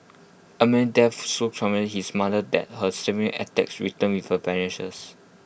Amman's death so his mother that her attacks returned with A vengeance